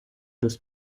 des